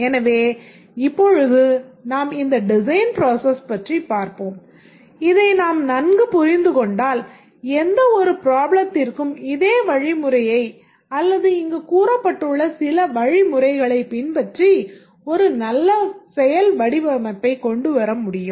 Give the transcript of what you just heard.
எனவே இப்பொழுது நாம் இந்த டிசைன் ப்ராசஸ் பற்றி பார்ப்போம் இதை நாம் நன்கு புரிந்து கொண்டால் எந்தவொரு பிராப்ளத்திற்கும் இதே வழி முறையை அல்லது இங்கு கூறப்பட்டுள்ள சில வழிமுறைகளை பின்பற்றி ஒரு நல்ல செயல் வடிவமைப்பை கொண்டுவர முடியும்